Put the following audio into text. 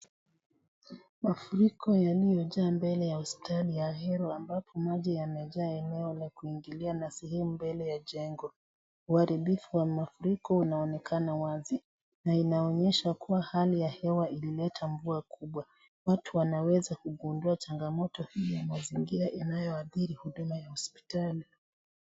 Mafuriko yaliyojaa mbele ya hospitali ya ahero ambapo maji yamejaa eneo la kuingilia na shemu mbele ya jengo, uharibifu wa mafuriko unaonekana wazi, na inaonyesha kuwa hali ya hewa ilileta mvua kubwa, watu wanaweza kugundua changamoto hii ya mazingira inayo athiri huduma ya hospitali.